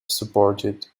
supported